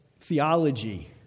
theology